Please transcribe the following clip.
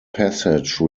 passage